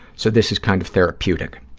so this is kind of therapeutic.